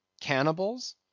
Cannibals